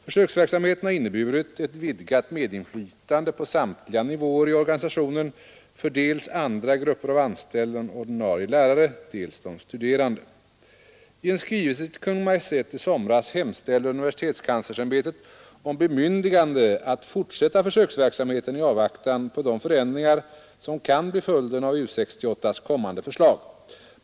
Försöksverksamheten har inneburit ett vidgat medinflytande på samtliga nivåer i organisationen för dels andra grupper av anställda än ordinarie lärare, dels de studerande. I en skrivelse till Kungl. Maj:t i somras hemställde universitetskanslersta försöksverksamheten i avvaktan ämbetet om bemyndigande att fort på de förändringar som kan bli följden av U 68:s kommande förslag.